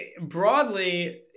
broadly